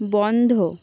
বন্ধ